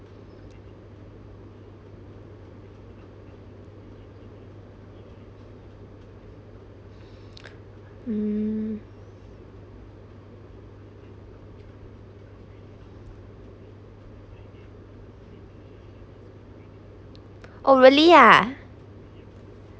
mm oh really ah